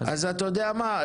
אז אתה יודע מה,